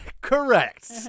correct